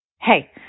Hey